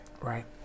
Right